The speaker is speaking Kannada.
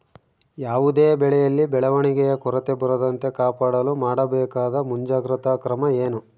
ಯಾವುದೇ ಬೆಳೆಯಲ್ಲಿ ಬೆಳವಣಿಗೆಯ ಕೊರತೆ ಬರದಂತೆ ಕಾಪಾಡಲು ಮಾಡಬೇಕಾದ ಮುಂಜಾಗ್ರತಾ ಕ್ರಮ ಏನು?